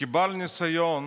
כבעל ניסיון,